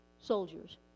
soldiers